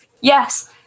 yes